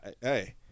hey